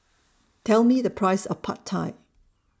Tell Me The Price of Pad Thai